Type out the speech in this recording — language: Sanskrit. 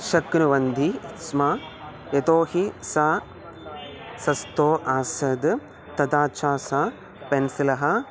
शक्नुवन्ति स्म यतोहि सा स्वस्थः आसीत् तथा च सः पेन्सिलः